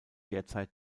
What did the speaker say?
derzeit